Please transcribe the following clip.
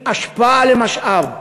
מאשפה למשאב,